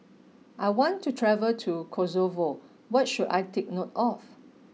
I want to travel to Kosovo what should I take note of